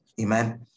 Amen